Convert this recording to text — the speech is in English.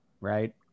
right